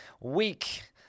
week